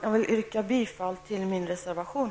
Jag vill yrka bifall till min reservation.